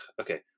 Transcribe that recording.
okay